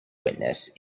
witnesses